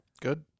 Good